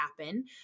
happen